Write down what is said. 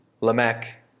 Lamech